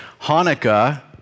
Hanukkah